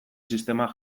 sistemak